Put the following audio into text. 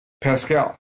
Pascal